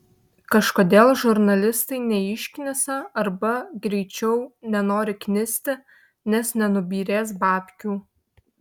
kažkodėl žurnalistai neišknisa arba greičiau nenori knisti nes nenubyrės babkių